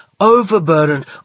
overburdened